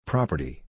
Property